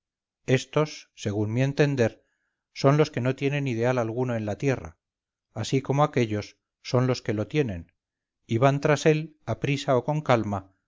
estos según mi entender son los que no tienen ideal alguno en la tierra así como aquéllos son los que lo tienen y van tras él aprisa o con calma